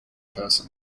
person